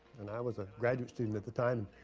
and i was a graduate student at the time,